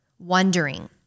wondering